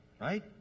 right